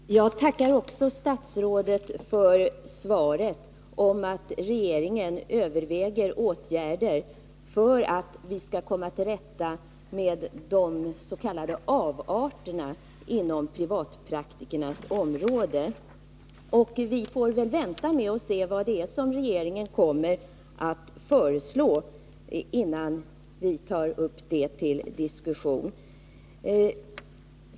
Herr talman! Jag tackar också statsrådet, för beskedet att regeringen överväger åtgärder för att vi skall komma till rätta med de s.k. avarterna inom privatpraktikernas område. Vi får vänta och se vad regeringen kommer att föreslå innan vi tar upp eventuella åtgärder till diskussion.